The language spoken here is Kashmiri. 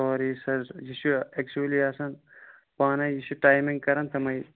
سوری سَر یہِ چھُ ایکچولی آسن پانے یہِ چھُ ٹایمِنگ کَران تمٕے